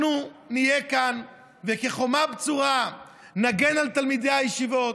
אנחנו נהיה כאן וכחומה בצורה נגן על תלמידי הישיבות,